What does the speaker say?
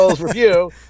Review